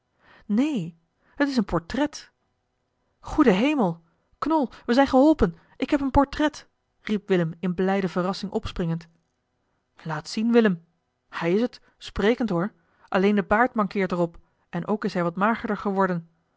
neen t is een portret goede hemel knol we zijn geholpen ik heb een portret riep willem in blijde verrassing opspringend eli heimans willem roda laat zien willem hij is het sprekend hoor alleen de baard mankeert er op en ook is hij wat magerder geworden